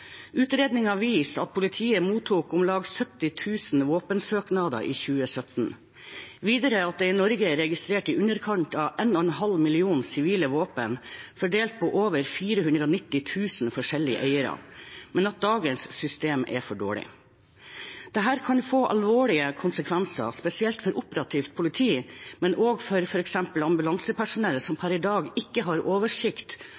viser at politiet mottok om lag 70 000 våpensøknader i 2017, videre at det i Norge er registrert i underkant av 1,5 millioner sivile våpen, fordelt på over 490 000 forskjellige eiere, men at dagens system er for dårlig. Dette kan få alvorlige konsekvenser, spesielt for operativt politi, men også for f.eks. ambulansepersonell, som